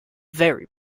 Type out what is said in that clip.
very